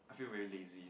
I feel very lazy